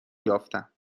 یافتم